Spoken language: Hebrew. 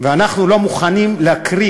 אנחנו לא מוכנים להקריב,